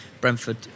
brentford